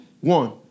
One